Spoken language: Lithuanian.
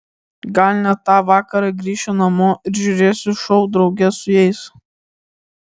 gal net tą vakarą grįšiu namo ir žiūrėsiu šou drauge su jais